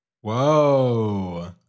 Whoa